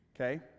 Okay